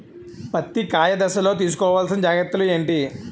పత్తి కాయ దశ లొ తీసుకోవల్సిన జాగ్రత్తలు ఏంటి?